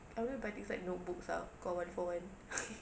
I always buy things like notebooks for one for one